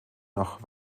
nach